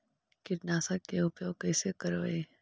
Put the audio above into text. कीटनाशक के उपयोग कैसे करबइ?